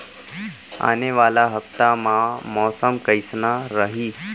आने वाला हफ्ता मा मौसम कइसना रही?